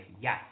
yes